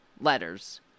letters